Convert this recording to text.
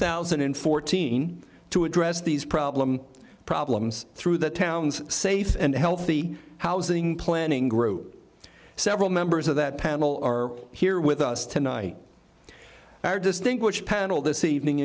thousand and fourteen to address these problem problems through the town's safe and healthy housing planning group several members of that panel or here with us tonight our distinguished panel this evening